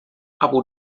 abu